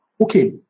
Okay